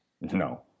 No